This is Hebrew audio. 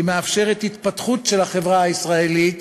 היא מאפשרת התפתחות של החברה הישראלית